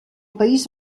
país